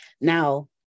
now